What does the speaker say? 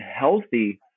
healthy